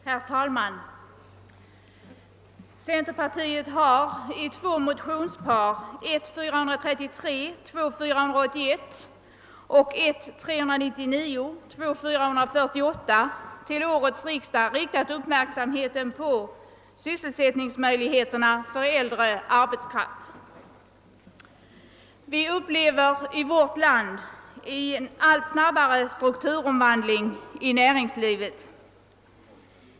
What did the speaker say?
Herr talman! Centerpartiet har i två motionspar, 1I:433 och II:481, 1:399 och II: 448, till årets riksdag fäst uppmärksamheten på sysselsättningsmöjligheterna för äldre arbetskraft. Vi upplever i vårt land en allt snabbare strukturomvandling inom näringslivet.